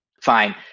Fine